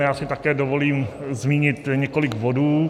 Já si také dovolím zmínit několik bodů.